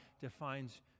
defines